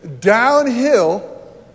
downhill